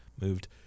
moved